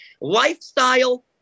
Lifestyle